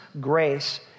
grace